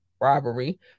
robbery